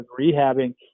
rehabbing